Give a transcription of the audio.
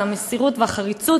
על המסירות והחריצות.